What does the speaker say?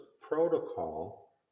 protocol